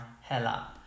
Hella